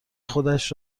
خودش